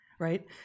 right